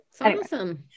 Awesome